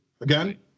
Again